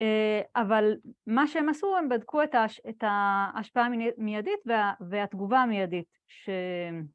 אבל מה שהם עשו, הם בדקו את ההשפעה המיידית והתגובה המיידית